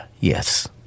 yes